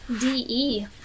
DE